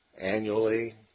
annually